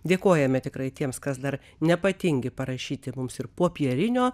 dėkojame tikrai tiems kas dar nepatingi parašyti mums ir popierinio